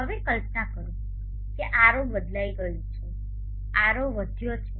હવે કલ્પના કરો કે R0 બદલાઈ ગયો છે R0 વધ્યો છે